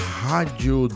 rádio